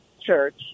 church